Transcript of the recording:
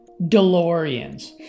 deloreans